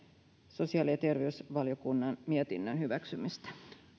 sosiaali ja terveysvaliokunnan mietinnön hyväksymistä